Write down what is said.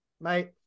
mate